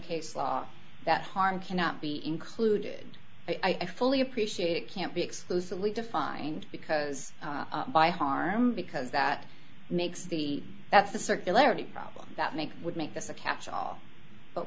case law that harm cannot be included i fully appreciate it can't be exclusively defined because by harm because that makes the that's the circularity problem that makes would make this a catch all but